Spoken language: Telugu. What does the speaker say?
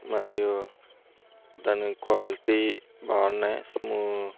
మరియు దాని క్వాలిటీ బాగున్నాయి సోము